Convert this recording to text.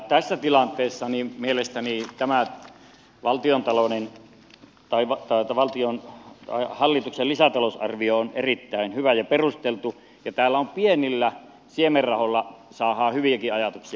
tässä tilanteessa mielestäni tämä on valtiontalouden taidot täytä valtion tai hallituksen lisätalousarvio on erittäin hyvä ja perusteltu ja täällä pienillä siemenrahoilla saadaan hyviäkin ajatuksia